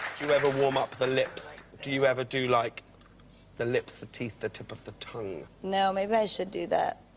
do you ever warm up the lip? do you ever do like the lips, the teeth, the tip of the tongue? no, maybe i should do that.